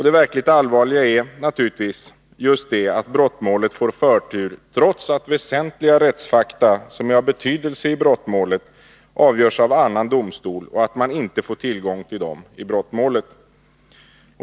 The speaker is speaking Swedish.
Det verkligt allvarliga är naturligtvis att brottmålet får förtur trots att väsentliga rättsfakta som är av betydelse i brottmålet avgörs av annan domstol och att man inte får tillgång till dem i brottmålet.